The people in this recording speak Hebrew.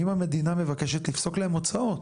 האם המדינה מבקשת לפסוק להם הוצאות?